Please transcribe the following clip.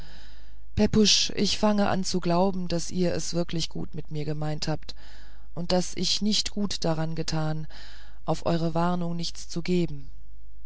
ich fange an zu glauben daß ihr es wirklich gut mit mir gemeint habt und daß ich nicht gut getan auf eure warnungen nichts zu geben